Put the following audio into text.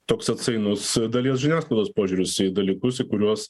toks atsainus dalies žiniasklaidos požiūris į dalykus į kuriuos